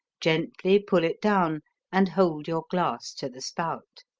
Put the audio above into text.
gently pull it down and hold your glass to the spout.